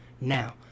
now